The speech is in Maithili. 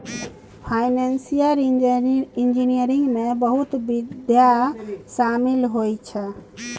फाइनेंशियल इंजीनियरिंग में बहुते विधा शामिल होइ छै